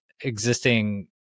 existing